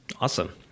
Awesome